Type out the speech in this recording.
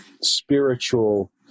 spiritual